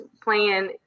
plan